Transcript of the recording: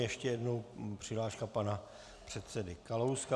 Ještě jednou přihláška pana předsedy Kalouska.